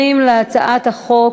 15 חברי כנסת בעד הצעת החוק,